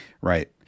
Right